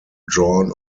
drawn